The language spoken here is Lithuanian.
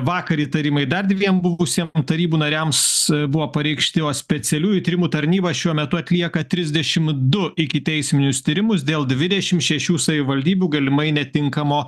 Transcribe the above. vakar įtarimai dar dviem buvusiem tarybų nariams buvo pareikšti o specialiųjų tyrimų tarnyba šiuo metu atlieka trisdešimt du ikiteisminius tyrimus dėl dvidešimt šešių savivaldybių galimai netinkamo